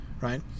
right